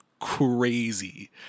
crazy